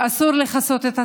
ואסור לכסות את הצינורות.